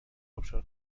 ابشار